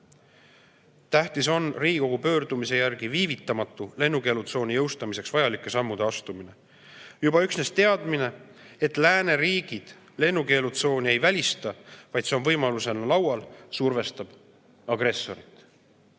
Tähtis on Riigikogu pöördumise järgi viivitamatu lennukeelutsooni jõustamiseks vajalike sammude astumine. Juba üksnes teadmine, et lääneriigid lennukeelutsooni ei välista, vaid see on võimalusena arutelu all, survestab agressorit.